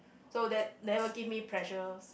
so that never give me pressures